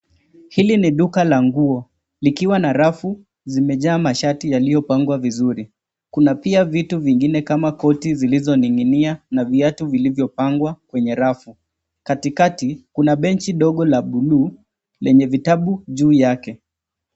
Hili ni duka la nguo likiwa na rafu zimejaa mashati yaliyopangwa vizuri. Kuna pia vitu vingine kama koti zilizoninginia na viatu vilivyopangwa kwenye rafu. Katikati kuna benchi dogo la buluu lenye vitabu juu yake.